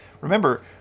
Remember